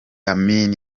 amin